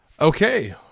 Okay